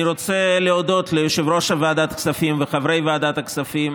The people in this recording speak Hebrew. אני רוצה להודות ליושב-ראש ועדת הכספים ולחברי ועדת הכספים,